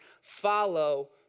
follow